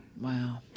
Wow